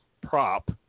prop